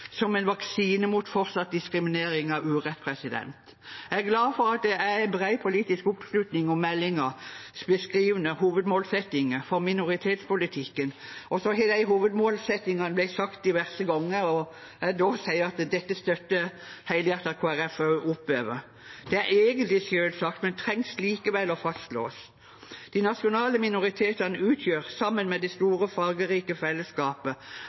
som en vaksine mot fortsatt diskriminering og urett. Jeg er glad for at det er bred politisk oppslutning om meldingens beskrivende hovedmålsettinger for minoritetspolitikken. De hovedmålsettingene har blitt nevnt diverse ganger, og dette støtter Kristelig Folkeparti helhjertet opp om. Det er egentlig selvsagt, men trengs likevel å slås fast. De nasjonale minoritetene utgjør sammen med det store fargerike fellesskapet